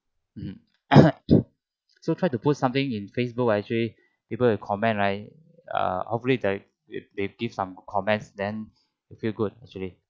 mm so try to put something in Facebook like people will comment right uh hopefully like they give some comments then we feel good actually